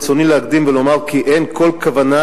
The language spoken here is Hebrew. ברצוני להקדים ולומר כי אין כל כוונה